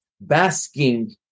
basking